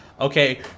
Okay